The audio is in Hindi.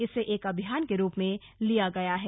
इसे एक अभियान के रूप में लिया गया है